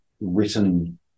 written